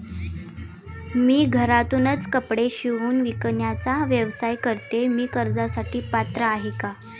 मी घरातूनच कपडे शिवून विकण्याचा व्यवसाय करते, मी कर्जासाठी पात्र आहे का?